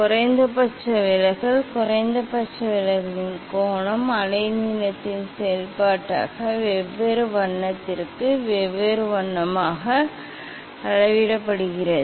குறைந்தபட்ச விலகல் குறைந்தபட்ச விலகலின் கோணம் அலைநீளத்தின் செயல்பாடாக வெவ்வேறு வண்ணத்திற்கு வெவ்வேறு வண்ணமாக எவ்வாறு அளவிடுவது